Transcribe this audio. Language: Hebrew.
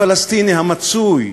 הפלסטיני המצוי,